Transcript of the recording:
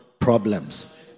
problems